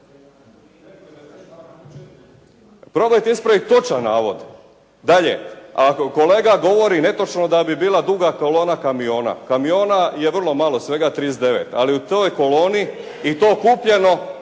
Probajte ispravit točan navod. Dalje, ako kolega govori netočno da bi bila duga kolona kamiona, kamiona je vrlo malo, svega 39, ali u toj koloni i to kupljeno,